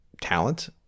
talent